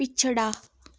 पिछड़ा